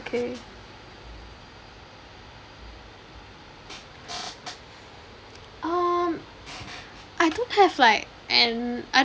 um I don't have like and I